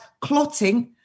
clotting